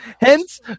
Hence